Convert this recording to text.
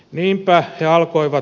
niinpä he alkoivat